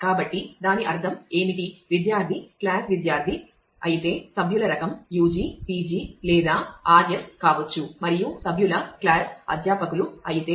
కాబట్టి దాని అర్థం ఏమిటి విద్యార్థి క్లాస్ విద్యార్థి అయితే సభ్యుల రకం ug pg లేదా rs కావచ్చు మరియు సభ్యుల క్లాస్ అధ్యాపకులు అయితే